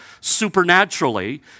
supernaturally